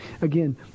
again